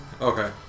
Okay